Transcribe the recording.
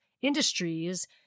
industries